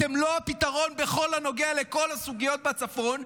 אתם לא הפתרון בכל הנוגע לכל הסוגיות בצפון.